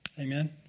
Amen